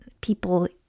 people